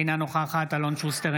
אינה נוכחת אלון שוסטר,